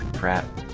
crap